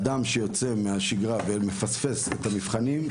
אדם שיוצא מהשגרה ומפספס את המבחנים,